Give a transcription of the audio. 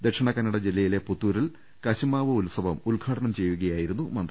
ദക്ഷിണ കന്നഡ ജില്ലയിലെ പുത്തൂരിൽ കശുമാവ് ഉത്സവം ഉദ്ഘാടനം ചെയ്യുകയായി രുന്നു മന്തി